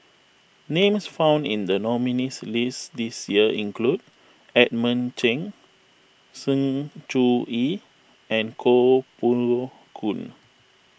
names found in the nominees' list this year include Edmund Cheng Sng Choon Yee and Koh Poh Koon